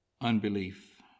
unbelief